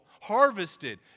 harvested